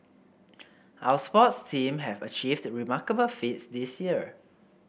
our sports teams have achieved remarkable feats this year